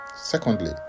Secondly